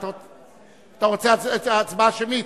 אתה רוצה הצבעה שמית?